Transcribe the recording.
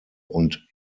und